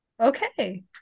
okay